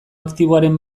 aktiboaren